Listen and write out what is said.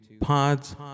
Pods